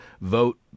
vote